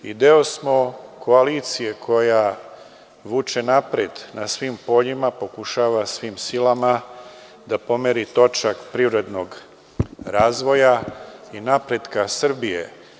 Deo smo koalicije koja vuče napred na svim poljima, pokušava svim silama da pomeri točak privrednog razvoja i napretka Srbije.